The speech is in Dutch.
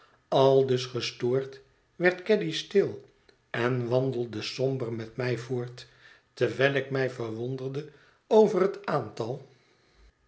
aldus gestoord werd caddy stil en wandelde somber met mij voort terwijl ik mij verwonderde over het aantal